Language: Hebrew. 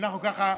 אנחנו ככה,